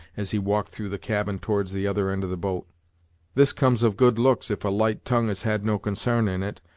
as he walked through the cabin towards the other end of the boat this comes of good looks, if a light tongue has had no consarn in it.